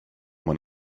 when